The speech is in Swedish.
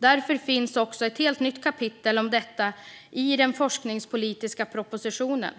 Därför finns det ett helt nytt kapitel om detta i den forskningspolitiska propositionen,